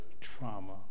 trauma